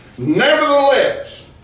Nevertheless